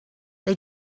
they